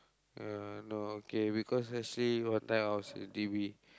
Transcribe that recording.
ya no okay because actually one time I was at D_B